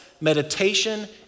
meditation